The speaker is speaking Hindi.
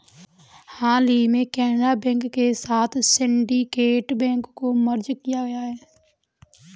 हाल ही में केनरा बैंक के साथ में सिन्डीकेट बैंक को मर्ज किया गया है